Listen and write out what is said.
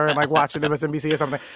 her. and, like, watching msnbc or something.